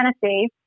Tennessee